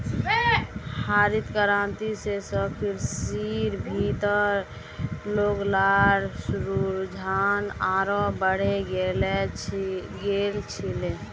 हरित क्रांति स कृषिर भीति लोग्लार रुझान आरोह बढ़े गेल छिले